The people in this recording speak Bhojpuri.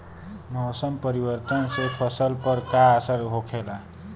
मौसम परिवर्तन से फसल पर का असर होखेला?